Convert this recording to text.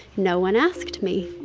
no one asked me.